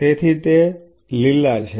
તેથી તે લીલા છે